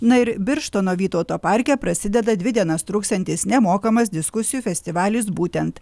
na ir birštono vytauto parke prasideda dvi dienas truksiantis nemokamas diskusijų festivalis būtent